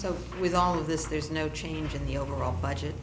so with all of this there's no change in the overall budget